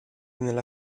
nella